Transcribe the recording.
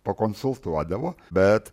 pakonsultuodavo bet